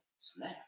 snap